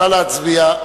נא להצביע.